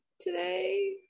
today